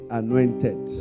anointed